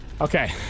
Okay